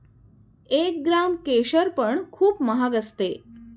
एक ग्राम केशर पण खूप महाग असते